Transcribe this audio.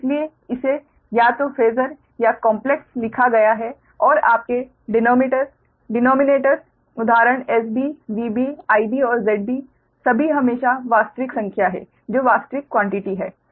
और इसीलिए इसे या तो फेसर या कॉम्प्लेक्स लिखा गया है और आपके डेनोमिनेटर्स उदाहरण 𝑺𝑩 𝑽𝑩 𝑰𝑩 और 𝒁𝑩 सभी हमेशा वास्तविक संख्या हैं जो वास्तविक क्वान्टिटी हैं